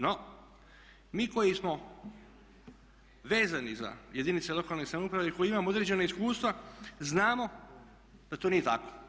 No, mi koji smo vezani za jedinice lokalne samouprave i koji imamo određena iskustva znamo da to nije tako.